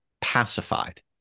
pacified